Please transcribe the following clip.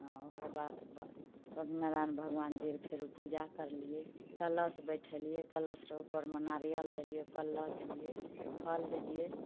ओकरा बाद भ सत्यनारायण भगवान जी रऽ फेरो पूजा करलियै कलश बैठेलियै कलश रऽ ऊपरमे नारियल देलियै पल्लव देलियै फल देलियै